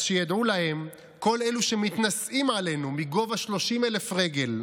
אז שידעו להם כל אלה שמתנשאים עלינו מגובה 30,000 רגל,